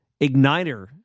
igniter